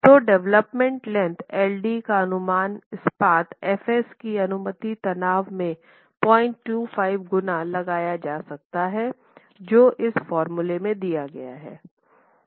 तो development length Ld का अनुमान इस्पात fs की अनुमति तनाव में 025 गुना लगाया जा सकता है